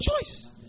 choice